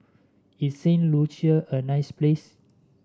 is Saint Lucia a nice place